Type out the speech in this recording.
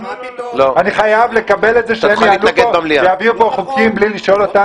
אני חייב לקבל את זה שהם יביאו לפה חוקים בלי לשאול אותנו?